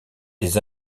des